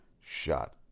Shot